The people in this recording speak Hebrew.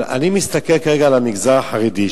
אבל אני מסתכל כרגע על המגזר החרדי,